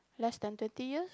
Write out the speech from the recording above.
less than twenty years